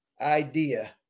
idea